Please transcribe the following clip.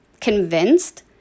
convinced